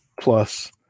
plus